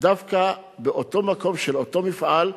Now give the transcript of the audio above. דווקא באותו מקום של אותו מפעל,